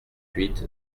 huit